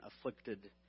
afflicted